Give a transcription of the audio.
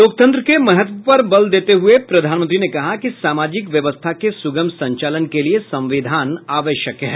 लोकतंत्र के महत्व पर बल देते हुए प्रधानमंत्री ने कहा कि सामाजिक व्यवस्था के सुगम संचालन के लिए संविधान आवश्यक है